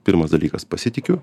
pirmas dalykas pasitikiu